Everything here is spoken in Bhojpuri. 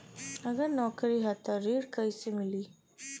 अगर नौकरी ह त ऋण कैसे मिली?